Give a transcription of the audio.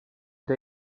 der